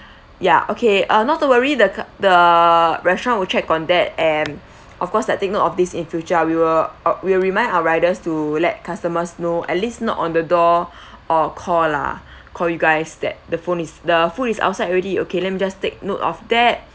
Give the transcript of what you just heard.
ya okay uh not to worry that the restaurant will check on that and of course that take note of these in future we will uh we remind our riders to let customers know at least knock on the door or call lah call you guys that the phone is the food is outside already okay let me just take note of that